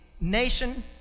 nation